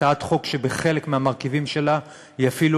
הצעת חוק שבחלק מהמרכיבים שלה היא אפילו